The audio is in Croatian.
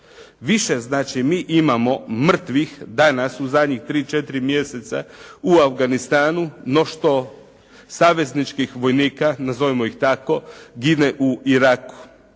Više znači mi imamo mrtvih danas u zadnjih 3, 4 mjeseca u Afganistanu no što savezničkih vojnika, nazovimo ih tako gine u Iraku.